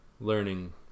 learning